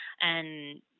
And-